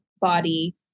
body